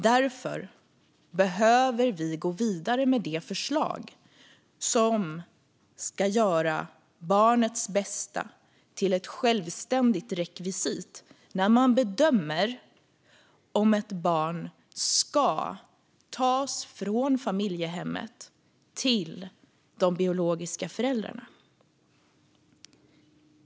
Därför behöver vi gå vidare med det förslag som ska göra barnets bästa till ett självständigt rekvisit när man bedömer om ett barn ska tas från familjehemmet till de biologiska föräldrarna.